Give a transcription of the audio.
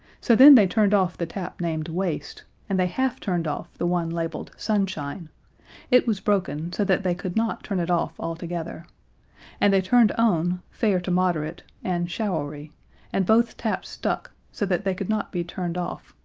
so then they turned off the tap named waste, and they half-turned off the one labeled sunshine it was broken, so that they could not turn it off altogether and they turned on fair to moderate and showery and both taps stuck, so that they could not be turned off,